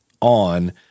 on